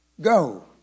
Go